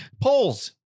polls